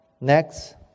next